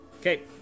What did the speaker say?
Okay